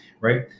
Right